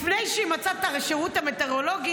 לפני שהיא מצאה את השירות המטאורולוגי,